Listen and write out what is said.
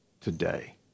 today